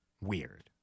weird